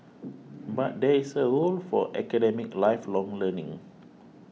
but there is a role for academic lifelong learning